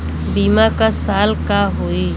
बीमा क साल क होई?